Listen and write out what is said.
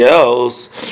else